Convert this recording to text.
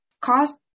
cost